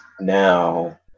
now